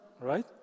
right